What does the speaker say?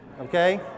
okay